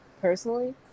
personally